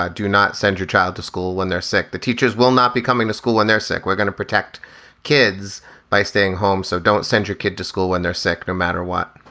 ah do not send your child to school when they're sick. the teachers will not be coming to school when they're sick. we're going to protect kids by staying home. so don't send your kid to school when they're sick, no matter what.